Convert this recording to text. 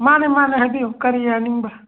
ꯃꯥꯅꯦ ꯃꯥꯅꯦ ꯍꯥꯏꯕꯤꯌꯨ ꯀꯔꯤ ꯍꯥꯏꯅꯤꯡꯕ